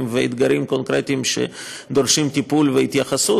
ואתגרים קונקרטיים שדורשים טיפול והתייחסות,